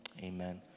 Amen